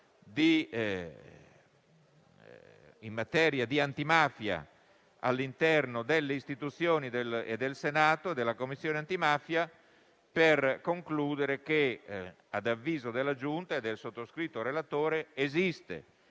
in materia di antimafia all'interno delle istituzioni del Senato e della Commissione antimafia; nonché per concludere che - ad avviso della Giunta e del sottoscritto relatore - esiste